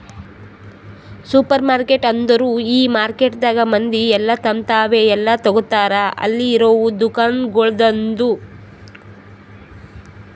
supermarket ಅಂದುರ್ ಈ ಮಾರ್ಕೆಟದಾಗ್ ಮಂದಿ ಎಲ್ಲಾ ತಮ್ ತಾವೇ ಎಲ್ಲಾ ತೋಗತಾರ್ ಅಲ್ಲಿ ಇರವು ದುಕಾನಗೊಳ್ದಾಂದು